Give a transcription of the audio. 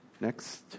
Next